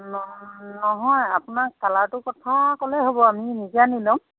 নহয় নহয় আপোনাৰ কালাৰটো কথা ক'লে হ'ব আমি নিজে আনি ল'ম